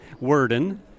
Worden